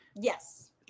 Yes